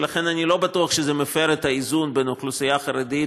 ולכן אני לא בטוח שזה מפר את האיזון בין האוכלוסייה החרדית